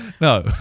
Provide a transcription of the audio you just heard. no